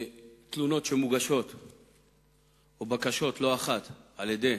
תלונות או בקשות שמוגשות לא אחת על-ידי